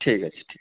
ঠিক আছে ঠিক